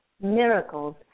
miracles